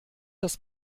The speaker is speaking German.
das